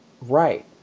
Right